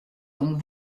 donc